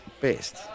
best